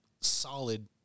solid